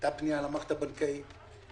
הייתה פנייה למערכת הבנקאית לגלות,